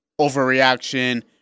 overreaction